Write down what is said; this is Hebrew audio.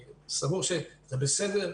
ואני סבור שזה בסדר.